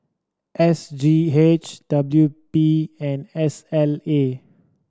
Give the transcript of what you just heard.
S G H W P and S L A